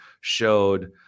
showed